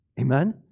Amen